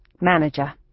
Manager